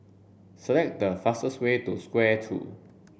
select the fastest way to Square two